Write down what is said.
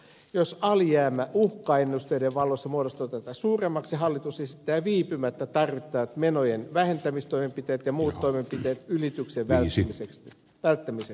jos alijäämä uhkaa ennusteiden valossa muodostua tätä suuremmaksi hallitus esittää viipymättä tarvittavat menojen vähentämistoimenpiteet ja muut toimenpiteet ylityksen välttämiseksi